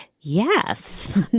yes